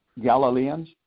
Galileans